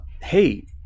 Hey